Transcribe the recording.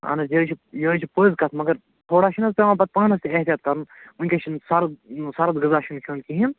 اَہن حظ یہِ حظ چھِ یہِ حظ چھِ پٔز کَتھ مگر تھوڑا چھُنہٕ حظ پٮ۪وان پتہٕ پانَس تہِ احتِیاط کَرُن وٕنۍکٮ۪س چھُنہٕ یہِ سرٕد یہِ سرٕد غذا چھُنہٕ کھیوٚن کِہیٖنۍ